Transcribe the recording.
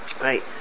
Right